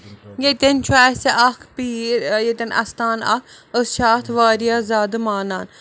ییٚتٮ۪ن چھُ اَسہِ اَکھ ییٚتٮ۪ن اَستان اَکھ أسۍ چھِ اَتھ واریاہ زیادٕ مانان